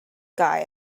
guy